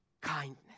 kindness